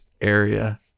area